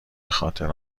بخاطر